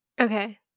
okay